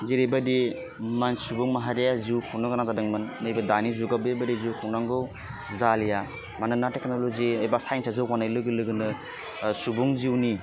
जेरैबादि सुबुंमाहारिया जिउ खुंनो गोनां जादोंमोन नैबे दानि जुगाव बेबादि जिउ खुंनांगौ जालिया मानोना टेक्न'लजि एबा साइन्सा जौगानाय लोगो लोगोनो सुबुं जिउनि